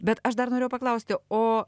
bet aš dar norėjau paklausti o